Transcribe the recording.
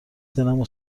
دلمو